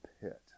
pit